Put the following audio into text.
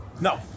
No